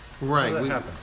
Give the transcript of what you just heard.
Right